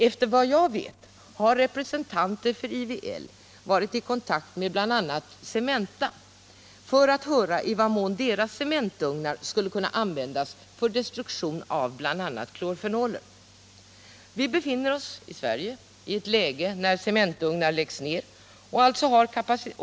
Enligt vad jag vet har representanter för IVL varit i kontakt med bl.a. Cementa för att höra i vad mån Cementas cementugnar skulle kunna användas för destruktion av bl.a. klorfenoler. Vi befinner oss i Sverige i ett läge där driften vid cementugnar läggs ner.